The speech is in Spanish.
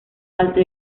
alto